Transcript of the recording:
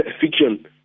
fiction